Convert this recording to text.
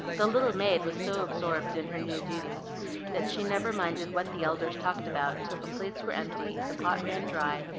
the little maid was so absorbed in her new duties that she never minded what the elders talked about, till the plates were empty, the pot ran dry,